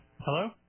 Hello